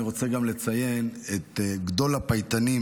אני רוצה גם לציין את גדול הפייטנים